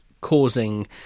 causing